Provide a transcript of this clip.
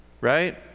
right